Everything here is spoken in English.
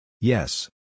Yes